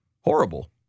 horrible